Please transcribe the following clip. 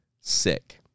sick